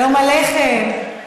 שלום עליכם.